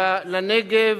לנגב,